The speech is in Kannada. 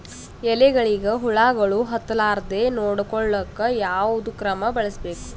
ಎಲೆಗಳಿಗ ಹುಳಾಗಳು ಹತಲಾರದೆ ನೊಡಕೊಳುಕ ಯಾವದ ಕ್ರಮ ಬಳಸಬೇಕು?